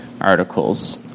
articles